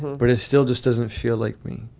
but it still just doesn't feel like me.